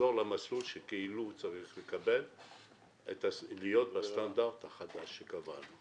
יחזור למסלול שהוא צריך לעבור על מנת להתאים לסטנדרט החדש.